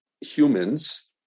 humans